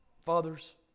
Fathers